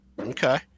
Okay